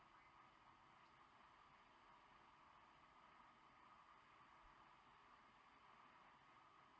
uh